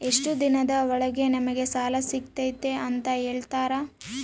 ಎಷ್ಟು ದಿನದ ಒಳಗೆ ನಮಗೆ ಸಾಲ ಸಿಗ್ತೈತೆ ಅಂತ ಹೇಳ್ತೇರಾ?